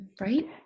Right